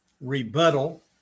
rebuttal